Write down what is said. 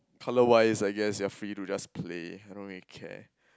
colour wise I guess you are free to just play I don't really care